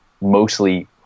mostly